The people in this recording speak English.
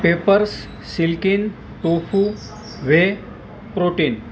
peppers silken tofu whey protein